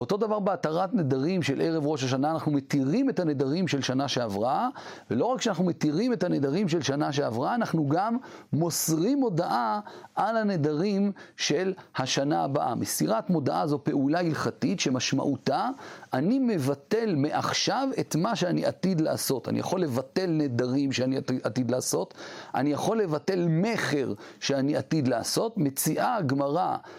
אותו דבר בהתרת נדרים של ערב ראש השנה, אנחנו מתירים את הנדרים של שנה שעברה, ולא רק שאנחנו מתירים את הנדרים של שנה שעברה, אנחנו גם מוסרים הודעה על הנדרים של השנה הבאה. מסירת מודעה זו פעולה הלכתית שמשמעותה, אני מבטל מעכשיו את מה שאני עתיד לעשות. אני יכול לבטל נדרים שאני עתיד לעשות, אני יכול לבטל מכר שאני עתיד לעשות, מציעה הגמרא